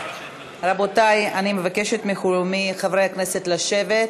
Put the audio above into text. רבותי, אני מבקשת מחברי הכנסת לשבת,